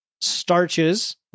starches